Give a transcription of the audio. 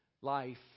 life